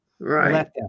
right